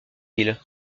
ville